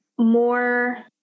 More